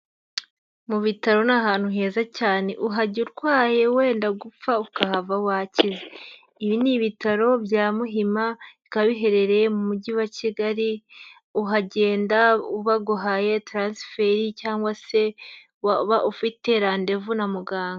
Mu bitaro ni ahantu heza cyane, uhajya urwaye wenda gupfa ukahava wakize, ibi ni ibitaro bya Muhima, bikaba biherereye mu Mujyi wa Kigali, uhagenda baguhaye taransiferi cyangwa se waba ufite randevu na muganga.